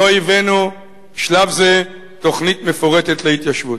לא הבאנו בשלב זה תוכנית מפורטת להתיישבות.